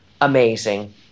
amazing